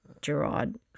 Gerard